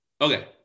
Okay